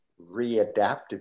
Readaptive